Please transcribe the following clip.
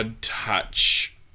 Touch